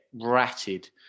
ratted